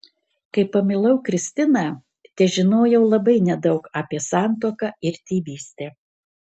kai pamilau kristiną težinojau labai nedaug apie santuoką ir tėvystę